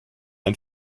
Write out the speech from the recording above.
ein